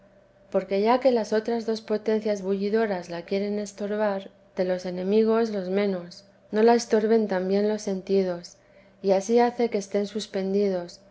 porque ya que las otras dos potencias bullidoras la quieren estorbar de los enemigos los menos no la estorben también vida m la santa madbe los sentidos yansí hace que estén suspendidos